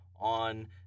on